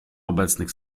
obecnych